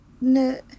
No